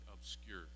obscure